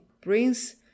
prince